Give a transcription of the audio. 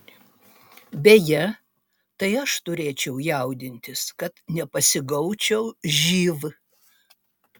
beje tai aš turėčiau jaudintis kad nepasigaučiau živ